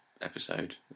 episode